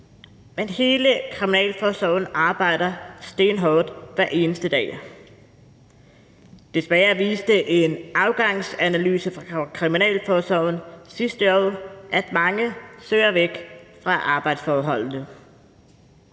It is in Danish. men hele kriminalforsorgen arbejder stenhårdt hver eneste dag. Desværre viste en afgangsanalyse fra kriminalforsorgen sidste år, at mange søger væk fra arbejdsforholdene,